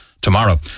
tomorrow